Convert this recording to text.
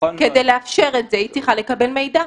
כדי לאפשר את זה היא צריכה לקבל מידע.